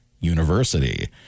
University